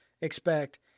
expect